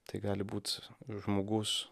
tai gali būt žmogus